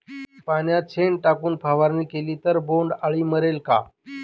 पाण्यात शेण टाकून फवारणी केली तर बोंडअळी मरेल का?